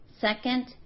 Second